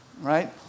right